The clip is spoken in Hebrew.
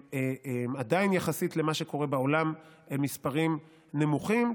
עדיין יחסית למה שקורה בעולם הם מספרים נמוכים,